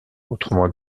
autrement